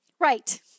Right